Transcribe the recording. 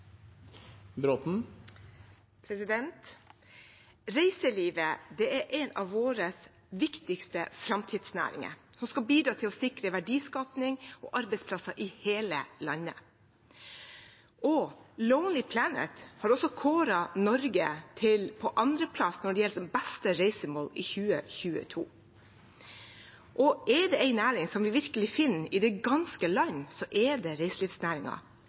desember. Reiselivet er en av våre viktigste framtidsnæringer, som skal bidra til å sikre verdiskaping og arbeidsplasser i hele landet. Lonely Planet har rangert Norge på andreplass når det gjelder det beste reisemålet i 2022. Er det en næring som vi virkelig finner i det ganske land, er det